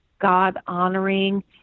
God-honoring